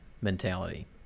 mentality